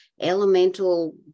elemental